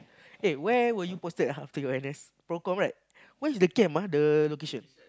eh where were you posted ah after your N_S procomm right where the camp ah the location